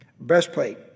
Breastplate